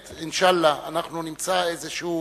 באמת, אינשאללה נמצא איזשהו